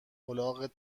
الاغت